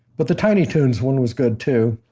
but the tiny toon's one was good, too.